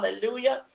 Hallelujah